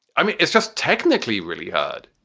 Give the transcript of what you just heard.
i mean, it's just technically really hard.